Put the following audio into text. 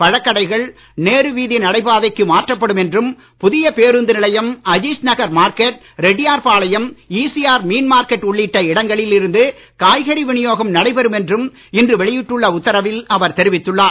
பழக்கடைகள் நேரு வீதி நடைபாதைக்கு மாற்றப்படும் என்றும் புதிய பேருந்து நிலையம் அஜீஸ் நகர் மார்க்கெட் ரெட்டியார்பாளையம் இசிஆர் மீன் மார்க்கெட் உள்ளிட்ட இடங்களில் இருந்து காய்கறி வினியோகம் நடைபெறும் என்றும் இன்று வெளியிட்டுள்ள உத்தரவில் அவர் தெரிவித்துள்ளார்